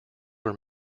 were